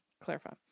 Clarify